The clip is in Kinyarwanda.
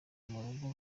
murugo